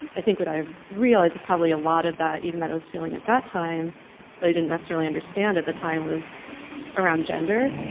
i think what i've realized is probably a lot of that, even though i was feeling at that time but didn't necessarily understand at the time, was around gender.